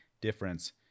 difference